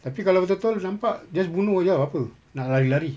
tapi kalau betul betul nampak just bunuh jer ah buat apa nak lari lari